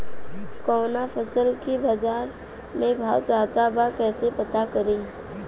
कवना फसल के बाजार में भाव ज्यादा बा कैसे पता करि?